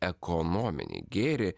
ekonominį gėrį